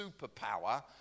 superpower